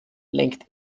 lenkt